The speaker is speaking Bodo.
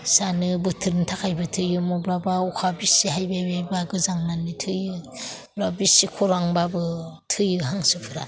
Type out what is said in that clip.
जानो बोथोरनि थाखायबो थैयो मबाबा अखा सिजानो हाबायबायब्ला गोजांनानै थैयो बा बिसि खौरांब्लाबो थैयो हांसोफ्रा